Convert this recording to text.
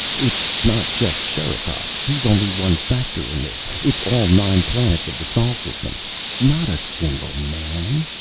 it's not just sherikov. he's only one factor in this. it's all nine planets of the sol system not a single man.